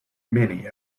many